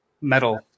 metal